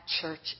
church